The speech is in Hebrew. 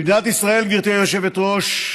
במדינת ישראל, גברתי היושבת-ראש,